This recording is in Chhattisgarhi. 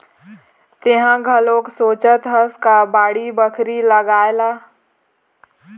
तेंहा घलोक सोचत हस का बाड़ी बखरी लगाए ला?